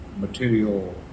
material